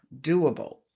doable